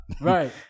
Right